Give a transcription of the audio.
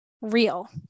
real